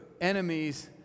enemies